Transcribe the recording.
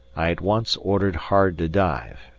i at once ordered hard to dive,